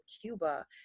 Cuba